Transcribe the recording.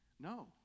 No